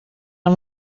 ond